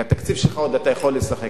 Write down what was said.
בתקציב שלך אתה עוד יכול לשחק,